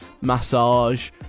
massage